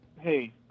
Hey